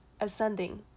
ascending